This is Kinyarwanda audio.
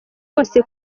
wose